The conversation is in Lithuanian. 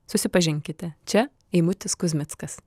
susipažinkite čia eimutis kuzmickas